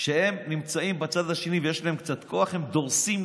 כשהם נמצאים בצד השני ויש להם קצת כוח, הם דורסים.